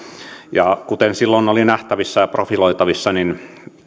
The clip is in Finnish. ja kuten silloin oli nähtävissä ja profiloitavissa niin